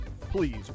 please